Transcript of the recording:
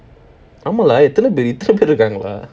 lah இத்துணை பேரு இருந்தார்களா:ithuna pearu irunthaangalaa